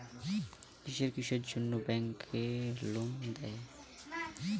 কিসের কিসের জন্যে ব্যাংক লোন দেয়?